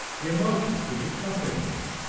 the emotions which accompany it,